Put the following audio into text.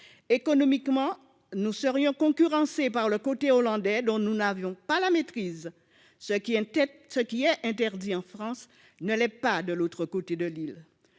Économiquement, nous serions concurrencés par le côté néerlandais, dont nous n'avons pas la maîtrise : ce qui est interdit en France ne l'est pas de l'autre côté de l'île.